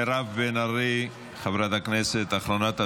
מירב בן ארי, חברת הכנסת, אחרונת הדוברים,